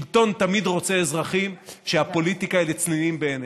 שלטון תמיד רוצה אזרחים שהפוליטיקה היא לצנינים בעיניהם,